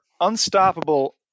unstoppable